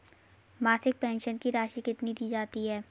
मासिक पेंशन की राशि कितनी दी जाती है?